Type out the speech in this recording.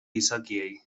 gizakiei